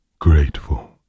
grateful